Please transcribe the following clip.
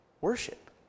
worship